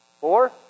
Four